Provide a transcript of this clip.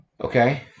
Okay